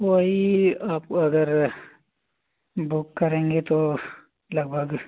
वही आपको अगर बुक करेंगे तो लगभग